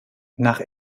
nach